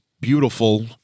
beautiful